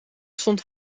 stond